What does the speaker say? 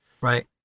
Right